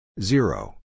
Zero